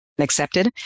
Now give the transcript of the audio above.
accepted